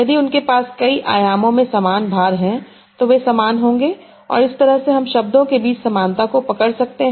यदि उनके पास कई आयामों में समान भार हैं तो वे समान होंगे और इस तरह से हम शब्दों के बीच समानता को पकड़ सकते हैं